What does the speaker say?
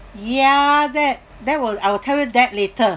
ya that that will I will tell you that later